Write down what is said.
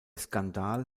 skandal